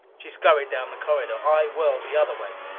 she scurried down the corridor. i whirled the other way.